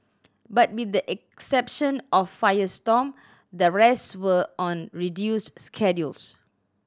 but with the exception of Firestorm the rest were on reduced schedules